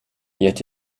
yet